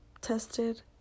tested